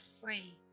free